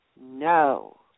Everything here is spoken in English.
No